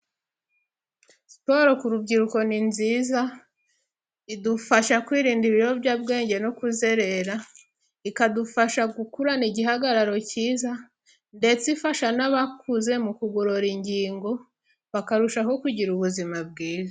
Siporo ku rubyiruko ni nziza idufasha kwirinda ibiyobyabwenge no kuzerera, ikadufasha gukurana igihagararo cyiza, ndetse ifasha n'abakuze mu kugorora ingingo, bakarushaho kugira ubuzima bwiza.